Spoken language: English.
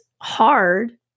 hard